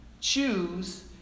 choose